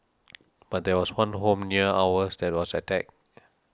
but there was one home near ours that was attacked